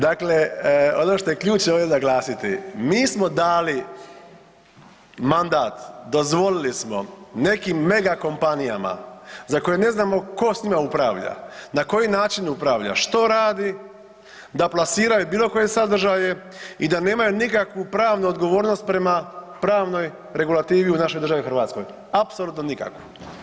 Dakle, ono što je ključno ovdje naglasiti, mi smo dali mandat, dozvolili smo nekim mega kompanijama za koje ne znamo tko s njima upravlja, na koji način upravlja, što radi da plasiraju bilo koje sadržaje i da nemaju nikakvu pravnu odgovornost prema pravnoj regulativi i u našoj državi Hrvatskoj, apsolutno nikakve.